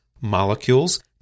molecules